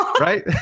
right